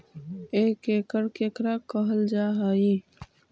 एक एकड़ केकरा कहल जा हइ?